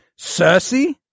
Cersei